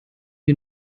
wie